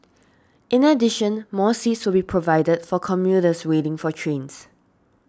in addition more seats will be provided for commuters waiting for trains